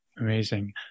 Amazing